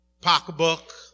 pocketbook